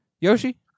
Yoshi